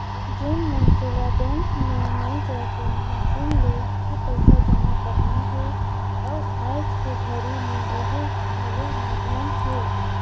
जेन मइनसे ल बैंक मे नइ जायके मसीन ले ही पइसा जमा करना हे अउ आयज के घरी मे ओहू घलो माधियम हे